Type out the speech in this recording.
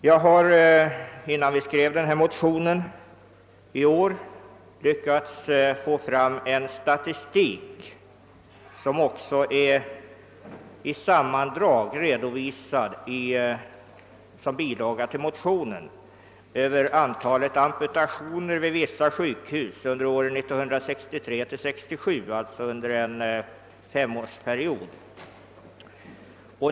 Jag införskaffade, innan våra motioner skrevs i år, viss statistik — som i sammandrag redovisats såsom bilaga till motionsparet — över antalet amputationer vid vissa sjukhus under tiden 1963—1967, alltså under en femårsperiod.